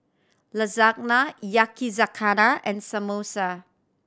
Lasagna Yakizakana and Samosa